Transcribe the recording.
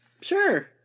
sure